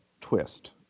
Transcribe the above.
twist